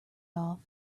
off